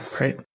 right